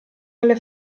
alle